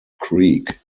creek